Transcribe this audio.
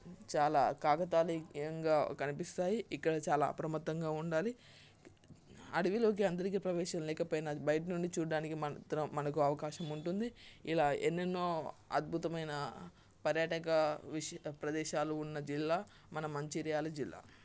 చాలా కాకతాళీయంగా కనిపిస్తాయి ఇక్కడ చాలా అప్రమత్తంగా ఉండాలి అడవిలోకి అందరికీ ప్రవేశం లేకపోయినా బయట నుండి చూడటానికి మాత్రం మనకు అవకాశం ఉంటుంది ఇలా ఎన్నెన్నో అద్భుతమైన పర్యాటక విషయ ప్రదేశాలు ఉన్న జిల్లా మన మంచిర్యాల జిల్లా